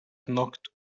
knocked